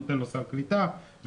נותן לו סל קליטה וכו',